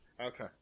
Okay